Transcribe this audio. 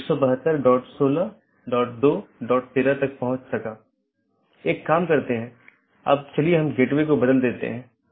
यह मूल रूप से स्केलेबिलिटी में समस्या पैदा करता है